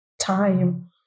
time